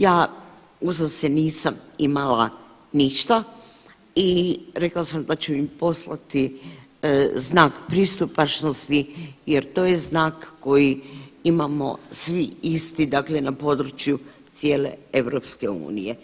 Ja uza se nisam imala ništa i rekla sam da ću im poslati znak pristupačnosti jer to je znak koji imamo svi isti dakle na području cijele EU.